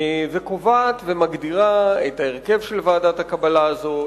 וקובעת ומגדירה את ההרכב של ועדת הקבלה הזאת,